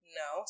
no